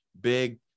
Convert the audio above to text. big